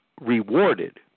rewarded